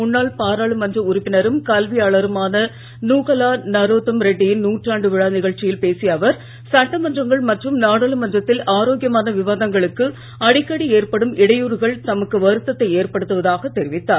முன்னாள் பாராளுமன்ற உறுப்பினரும் கல்வியாளருமான நூகலா நரோத்தம் ரெட்டியின் நூற்றாண்டு விழா நிகழ்ச்சியில் பேசிய அவர் சட்டமன்றங்கள் மற்றும் நாடாளுமன்றத்தில் ஆரோக்கியமான விவாதங்களுக்கு அடிக்கடி ஏற்படும் இடையூறுகள் தமக்கு வருத்தத்தை ஏற்படுத்துவதாக தொிவித்தார்